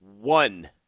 one